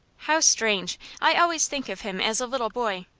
how strange! i always think of him as a little boy.